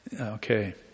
Okay